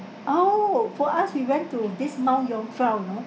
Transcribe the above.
oh for us we went to this mount jungfrau you know